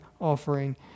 offering